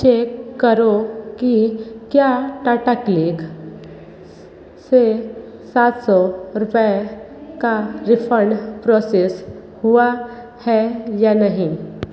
check करो की क्या टाटा क्लिक से सात सौ रुपए का रिफंड प्रोसेस हुआ है या नहीं